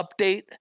update